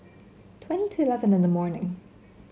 twenty to eleven in the morning